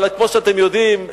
אבל כמו שאתם יודעים,